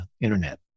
internet